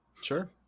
Sure